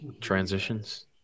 transitions